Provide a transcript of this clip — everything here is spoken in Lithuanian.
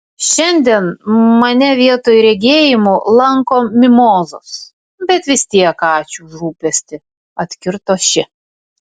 šiandien mane vietoj regėjimų lanko mimozos bet vis tiek ačiū už rūpestį atkirto ši